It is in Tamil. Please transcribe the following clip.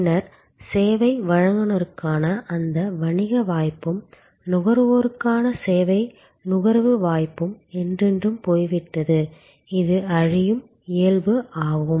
பின்னர் சேவை வழங்குநருக்கான அந்த வணிக வாய்ப்பும் நுகர்வோருக்கான சேவை நுகர்வு வாய்ப்பும் என்றென்றும் போய்விட்டது இது அழியும் இயல்பு ஆகும்